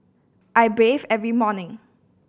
I bathe every morning